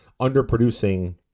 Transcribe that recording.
underproducing